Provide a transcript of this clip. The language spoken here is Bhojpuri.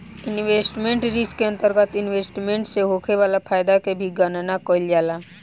इन्वेस्टमेंट रिस्क के अंतरगत इन्वेस्टमेंट से होखे वाला फायदा के भी गनना कईल जाला